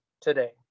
today